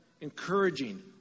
encouraging